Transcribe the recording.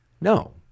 No